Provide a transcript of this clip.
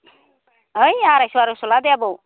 ओइ आरायस' आरायस' ला दे आबौ